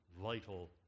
vital